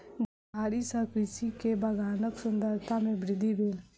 झाड़ी सॅ कृषक के बगानक सुंदरता में वृद्धि भेल